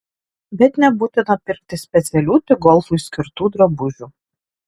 bet nebūtina pirkti specialių tik golfui skirtų drabužių